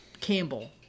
Campbell